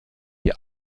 die